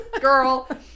girl